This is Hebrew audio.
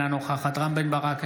אינה נוכחת רם בן ברק,